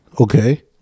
Okay